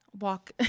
walk